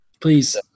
Please